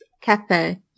Cafe